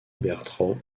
bertrand